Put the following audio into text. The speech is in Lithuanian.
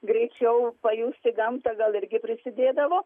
greičiau pajusti gamtą gal irgi prisidėdavo